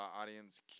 audience